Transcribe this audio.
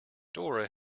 dora